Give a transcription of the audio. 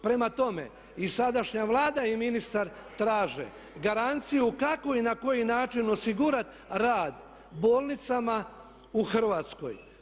Prema tome i sadašnja Vlada i ministar traže garanciju kako i na koji način osigurati rad bolnicama u Hrvatskoj.